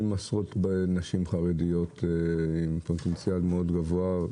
עשרות נשים חרדיות עם פוטנציאל מאוד גבוה,